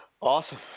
awesome